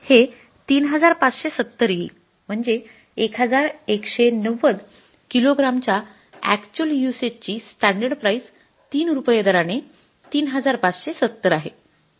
हे ३५७० येईल म्हणजे ११९० किलोग्रामच्या अॅक्च्युअल युसेज ची स्टॅंडर्ड प्राईस 3 रूपये दराने ३५७० आहे